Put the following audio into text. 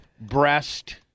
breast